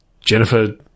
Jennifer